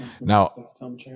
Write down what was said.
Now